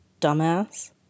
dumbass